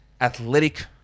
athletic